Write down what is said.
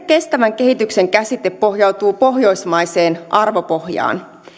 kestävän kehityksen käsite pohjautuu pohjoismaiseen arvopohjaan